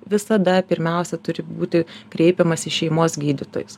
visada pirmiausia turi būti kreipiamasi į šeimos gydytojus